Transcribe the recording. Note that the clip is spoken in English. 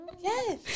Yes